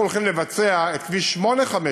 אנחנו הולכים לבצע את כביש 859